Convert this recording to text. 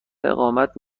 اقامت